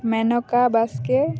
ᱢᱮᱱᱚᱠᱟ ᱵᱟᱥᱠᱮ